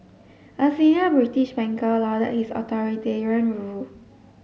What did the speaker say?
a senior British banker lauded his authoritarian rule